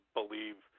believe